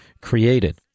created